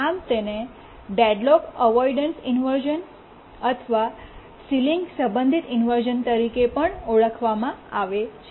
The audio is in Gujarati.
આમ તેને ડેડલોક અવોઇડન્સ ઇન્વર્શ઼ન અથવા સીલીંગ સંબંધિત ઇન્વર્શ઼ન તરીકે પણ ઓળખવામાં આવે છે